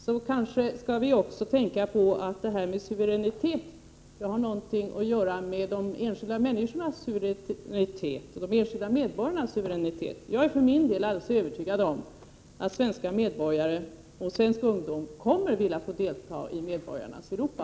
Så vi kanske skall tänka på att suveräniteten också har någonting att göra med de enskilda människornas suveränitet. Jag är för min del alldeles övertygad om att svenska medborgare och svensk ungdom kommer att vilja få möjlighet att delta i medborgarnas Europa.